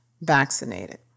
vaccinated